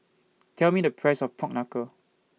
Tell Me The Price of Pork Knuckle